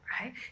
right